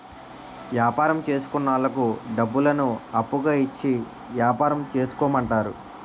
యాపారం చేసుకున్నోళ్లకు డబ్బులను అప్పుగా ఇచ్చి యాపారం చేసుకోమంటారు